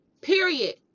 period